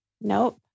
Nope